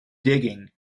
digging